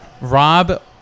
rob